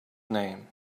name